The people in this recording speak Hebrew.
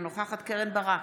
אינה נוכחת קרן ברק,